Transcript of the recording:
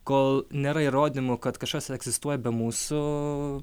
kol nėra įrodymų kad kažkas egzistuoja be mūsų